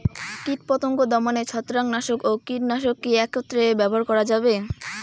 কীটপতঙ্গ দমনে ছত্রাকনাশক ও কীটনাশক কী একত্রে ব্যবহার করা যাবে?